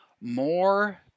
more